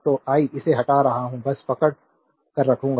तो आई इसे हटा रहा हूं बस पकड़ कर रखूंगा